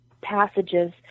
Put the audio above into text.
passages